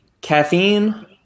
Caffeine